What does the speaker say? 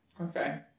Okay